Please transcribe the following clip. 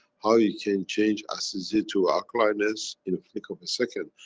how you can change acidity to alkalineness in a flick of a second,